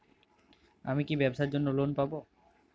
আমি কি ব্যবসার জন্য লোন পাব?